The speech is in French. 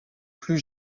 plus